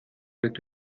wirkt